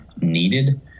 needed